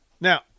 Now